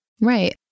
Right